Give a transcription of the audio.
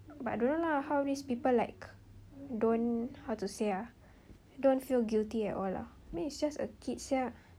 but I don't know lah how these people like don't how to say ah don't feel guilty at all lah meh it's just a kid sia